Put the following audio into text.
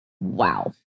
Wow